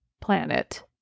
planet